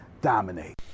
dominate